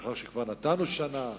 לאחר שכבר נתנו שנה,